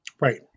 Right